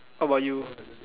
how about you